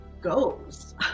goes